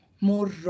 more